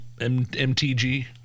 MTG